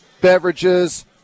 beverages